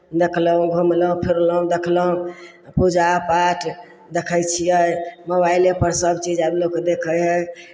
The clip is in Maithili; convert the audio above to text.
देखलहुँ घुमलहुँ फिरलहुँ देखलहुँ पूजा पाठ देखै छियै मोबाइलेपर सभचीज आब लोक देखै हइ